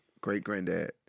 great-granddad